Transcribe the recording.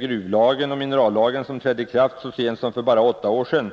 Gruvoch minerallagen trädde i kraft så sent som för bara åtta år sedan,